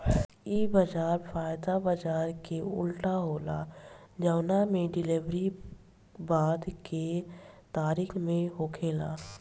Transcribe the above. इ बाजार वायदा बाजार के उल्टा होला जवना में डिलेवरी बाद के तारीख में होखेला